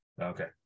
Okay